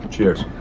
Cheers